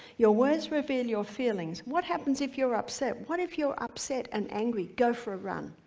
your words reveal your feelings. what happens if you're upset? what if you're upset and angry? go for a run.